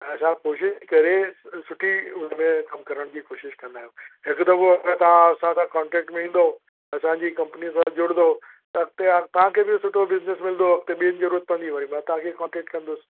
ऐं असां कोशिशि करे सु सुठी उन में कमु करण जी कोशिशि कंदा आहियूं हिकु दफ़ो अगरि तव्हां असां सां कॉन्टैक्ट में ईंदव असांजी कंपनी सां जुड़ंदव त अॻिते यार तव्हांखे बि सुठो बिजनिस मिलंदो अॻिते ॿी ज़रूरत पवंदी वरी मां तव्हांखे कॉन्टैक्ट कंदुसि